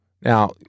Now